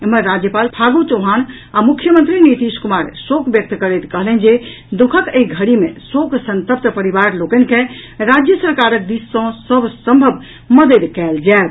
एम्हर राज्यपाल फागू चौहान आ मुख्यमंत्री नीतीश कुमार शोक व्यक्त करैत कहलनि जे दुखःक एहि घड़ी मे शोक संतप्त परिवार लोकनि के राज्य सरकारक दिस सँ सभ सम्भव मददि कयल जायत